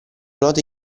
nuoto